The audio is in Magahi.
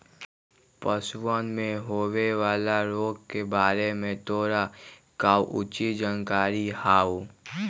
पशुअन में होवे वाला रोग के बारे में तोरा काउची जानकारी हाउ?